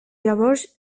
llavors